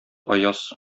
аяз